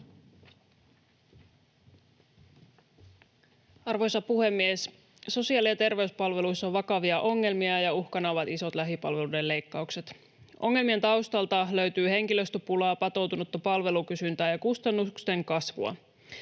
Arvoisa puhemies! Sosiaali- ja terveyspalveluissa on vakavia ongelmia, ja uhkana ovat isot lähipalveluiden leikkaukset. Ongelmien taustalta löytyy henkilöstöpulaa, patoutunutta palvelukysyntää ja kustannusten kasvua,